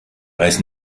weiß